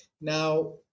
Now